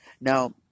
Now